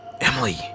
Emily